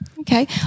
Okay